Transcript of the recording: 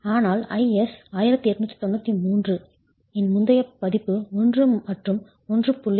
ஆனால் IS 1893 இன் முந்தைய பதிப்பு 1 மற்றும் 1